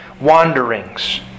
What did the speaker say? wanderings